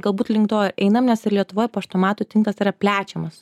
galbūt link to einam mes ir lietuvoj paštomatų tinklas yra plečiamas